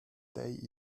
they